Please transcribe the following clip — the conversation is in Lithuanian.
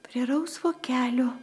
prie rausvo kelio